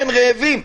כן, רעבים.